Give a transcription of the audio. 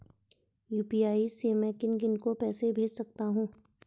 UPI से मैं किन किन को पैसे भेज सकता हूँ?